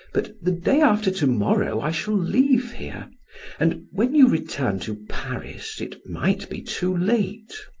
but the day after to-morrow i shall leave here and when you return to paris it might be too late.